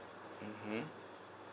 mmhmm